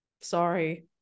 sorry